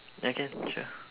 ya can sure